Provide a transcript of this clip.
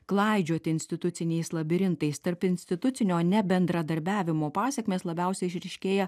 klaidžioti instituciniais labirintais tarpinstitucinio nebendradarbiavimo pasekmės labiausiai išryškėja